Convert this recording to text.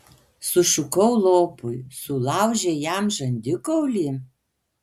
sušukau lopui sulaužei jam žandikaulį